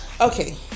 Okay